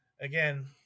Again